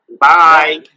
Bye